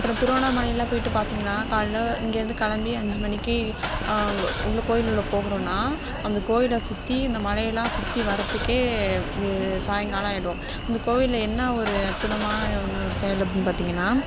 அப்புறம் திருவண்ணாமலையெலாம் போய்ட்டு பார்த்திங்கனா காலைல இங்கயிருந்து கிளம்பி அஞ்சு மணிக்கு அங்கே உள்ள கோவில் உள்ள போகுறோம்னா அந்தக் கோயில் சுற்றி இந்த மலையெலாம் சுற்றி வர்றதுக்கே சாயங்காலம் ஆகிடும் இந்த கோவில்ல என்ன ஒரு அற்புதமான ஒன்று ஒரு செயல் அப்படின்னு பார்த்திங்கனா